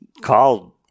called